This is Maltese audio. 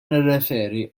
nirriferi